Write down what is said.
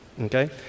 Okay